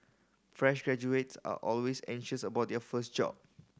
fresh graduates are always anxious about their first job